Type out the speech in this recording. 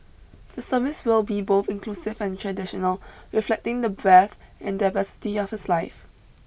the service will be both inclusive and traditional reflecting the breadth and diversity of his life